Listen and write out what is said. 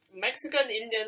Mexican-Indian